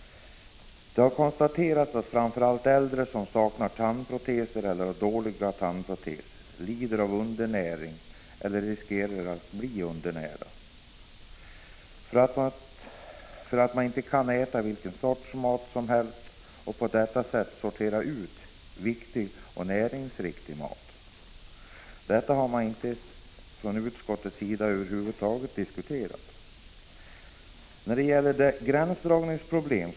Det har konstaterats att framför allt äldre som saknar tandproteser eller har dåliga sådana lider av undernäring eller riskerar att bli undernärda därför att de inte kan äta vilken sorts mat som helst och därför inte kan sortera ut viktig och näringsriktig mat. Detta har utskottet över huvud taget inte diskuterat.